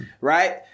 Right